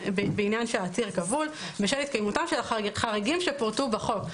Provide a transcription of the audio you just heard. שהעציר כבול בשל התקיימותם של החריגים שפורטו בחוק".